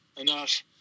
enough